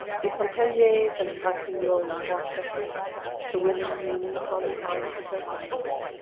the pontelliers and ratignolles walked ahead the women leaning upon the arms of their husbands.